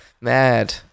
Mad